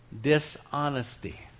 dishonesty